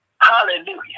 Hallelujah